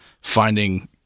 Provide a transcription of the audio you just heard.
finding